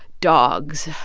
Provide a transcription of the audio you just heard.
dogs.